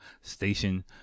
station